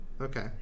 Okay